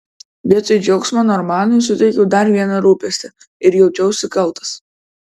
vietoj džiaugsmo normanui suteikiau dar vieną rūpestį ir jaučiausi kaltas